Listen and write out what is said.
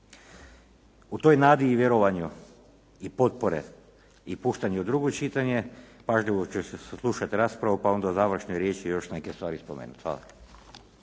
U toj nadi i vjerovanju i potpore i puštanja u drugo čitanje, pažljivo ću saslušati raspravu pa onda u završnoj riječi još neke stvari spomenuti. Hvala.